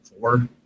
Four